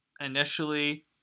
Initially